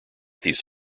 these